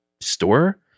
store